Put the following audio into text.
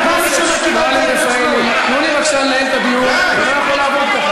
אומרים לך: הייתה טעות תמימה, זה לא מכובד.